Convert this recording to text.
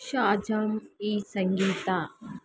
Shazam ಈ ಸಂಗೀತ